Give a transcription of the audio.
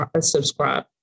subscribe